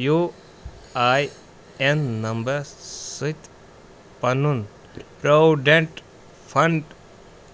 U A N number سۭتۍ پَنُن provident fund